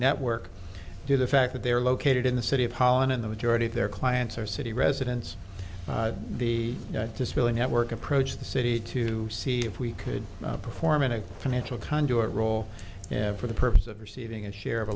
network to the fact that they are located in the city of holland and the majority of their clients are city residents the just feeling at work approached the city to see if we could perform in a financial conduit role and for the purpose of receiving a share of a